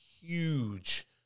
huge